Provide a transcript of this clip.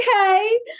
Okay